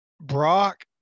Brock